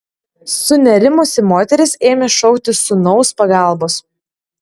sunerimusi moteris ėmė šauktis sūnaus pagalbos